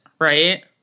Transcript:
Right